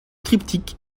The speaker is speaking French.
triptyque